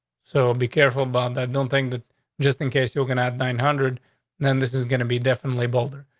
so be careful but and don't think that just in case you cannot nine hundred then this is gonna be definitely bolder.